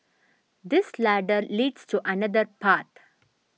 this ladder leads to another path